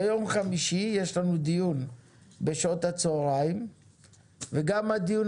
ביום חמישי יש לנו דיון בשעות הצהריים וגם הדיון